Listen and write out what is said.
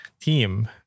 team